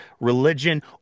religion